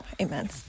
Amen